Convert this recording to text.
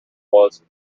was